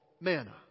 manna